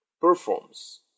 performs